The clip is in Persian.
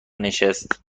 نشست